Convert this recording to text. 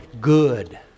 good